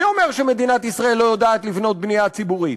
מי אומר שמדינת ישראל לא יודעת לבנות בנייה ציבורית?